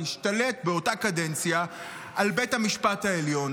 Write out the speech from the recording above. תשתלט באותה קדנציה על בית המשפט העליון